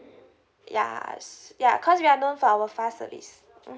ya s~ ya cause we are known for our fast service